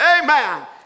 Amen